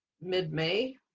mid-May